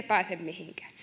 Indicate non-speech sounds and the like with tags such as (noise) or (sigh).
(unintelligible) pääse mihinkään